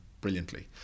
brilliantly